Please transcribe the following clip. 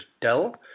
Dell